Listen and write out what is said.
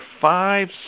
five